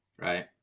right